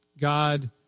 God